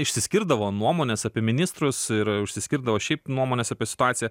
išsiskirdavo nuomonės apie ministrus ir išsiskirdavo šiaip nuomonės apie situaciją